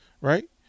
right